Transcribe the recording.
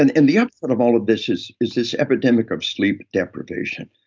and and the upshot of all of this is is this epidemic of sleep deprivation.